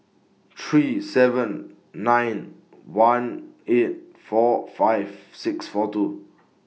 three seven nine one eight four five six four two